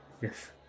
Yes